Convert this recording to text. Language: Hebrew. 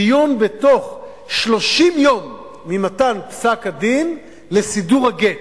דיון בתוך 30 יום ממתן פסק-הדין לסידור הגט,